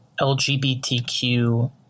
LGBTQ